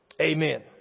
Amen